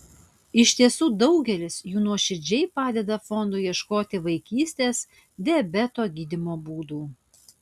iš tiesų daugelis jų nuoširdžiai padeda fondui ieškoti vaikystės diabeto gydymo būdų